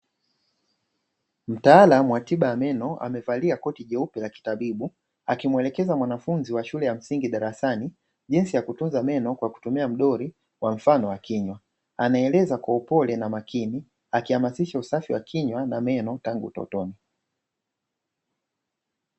Mtaalamu wa tiba ya meno, akivalia koti jeupe, akimwelekeza mwanafunzi wa shule ya msingi darasani, jinsi ya kutunza meno kwa kutumia mdoli kwa mfano wa kinywa, anaelekeza kwa upole makini, akihamasisha usafi wa meno na kinywa tangu utotoni.